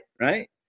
Right